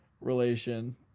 relation